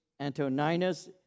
Antoninus